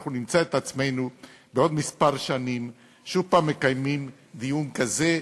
נמצא את עצמנו בעוד מספר שנים שוב מקיימים דיון כזה.